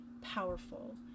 powerful